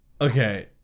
Okay